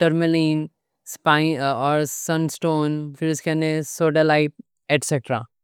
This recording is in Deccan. ترملین، سپنل، اور سن سٹون، پھر اس کے ساتھ میں ایکسائنائٹ۔